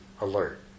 alert